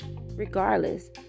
regardless